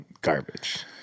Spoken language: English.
Garbage